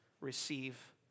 receive